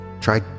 Try